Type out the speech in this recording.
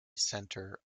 center